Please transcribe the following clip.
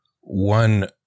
one